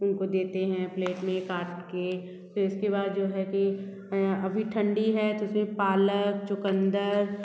उनको देते हैं प्लेट में काट के फिर उसके बाद जो है कि अभी ठंडी है तो उसमें पालक चुकंदर